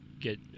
get